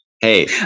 Hey